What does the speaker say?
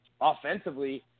offensively